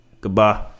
Goodbye